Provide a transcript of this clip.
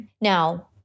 Now